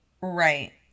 Right